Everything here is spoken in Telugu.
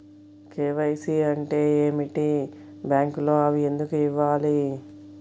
కే.వై.సి అంటే ఏమిటి? బ్యాంకులో అవి ఎందుకు ఇవ్వాలి?